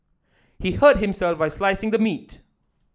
he hurt himself while slicing the meat